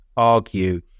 argue